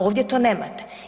Ovdje to nemate.